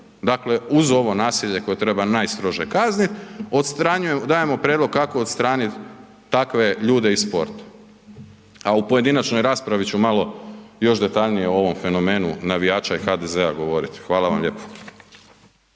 dakle uz ovo nasilje koje treba najstrože kaznit, dajemo prijedlog kako odstraniti takve ljude iz sporta a u pojedinačnoj raspravi ću malo još detaljnije o ovom fenomenu navijača i HDZ-a govoriti. Hvala vam lijepo.